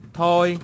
thôi